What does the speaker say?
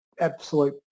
Absolute